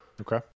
Okay